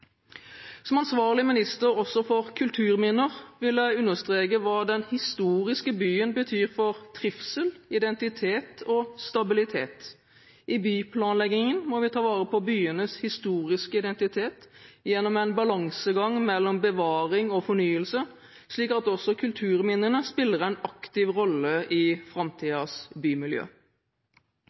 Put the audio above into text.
Som ansvarlig minister også for kulturminner, vil jeg understreke hva den historiske byen betyr for trivsel, identitet og stabilitet. I byplanleggingen må vi ta vare på byenes historiske identitet gjennom en balansegang mellom bevaring og fornyelse, slik at også kulturminnene spiller en aktiv rolle i framtidens bymiljø.